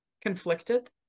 conflicted